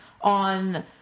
on